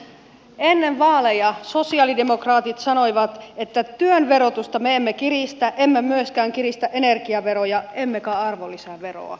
ennen vaaleja sosialidemokraatit sanoivat että työn verotusta me emme kiristä emme myöskään kiristä energiaveroja emmekä arvonlisäveroa